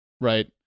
right